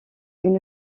une